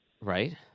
Right